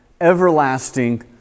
everlasting